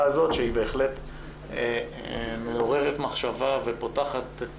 הזאת שהיא בהחלט מעוררת מחשבה ופותחת את